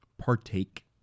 partake